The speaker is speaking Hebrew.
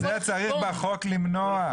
את זה צריך בחוק למנוע.